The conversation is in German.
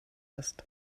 ist